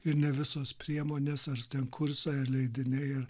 ir ne visos priemonės ar ten kursai ar leidiniai ar